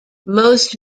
most